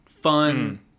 Fun